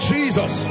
Jesus